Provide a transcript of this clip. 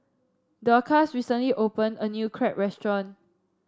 Dorcas recently opened a new Crepe Restaurant